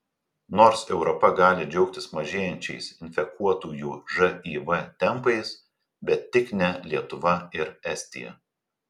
nors europa gali džiaugtis mažėjančiais infekuotųjų živ tempais bet tik ne lietuva ir estija